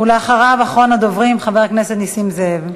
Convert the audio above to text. ואחריו, אחרון הדוברים, חבר הכנסת נסים זאב,